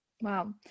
Wow